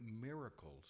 miracles